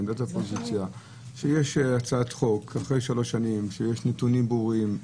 עמדת האופוזיציה היא שיש הצעת חוק אחרי שלוש שנים שיש נתונים ברורים,